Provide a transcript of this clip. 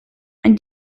ein